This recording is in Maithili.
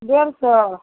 डेढ़ सओ